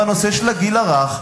בנושא של הגיל הרך.